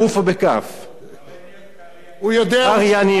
הוא יודע, אה, קרייניות, חשבתי "כלניות",